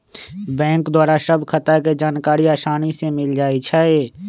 bank द्वारा सभ खता के जानकारी असानी से मिल जाइ छइ